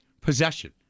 possession